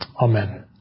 Amen